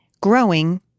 growing